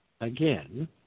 Again